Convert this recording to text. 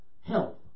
health